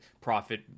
profit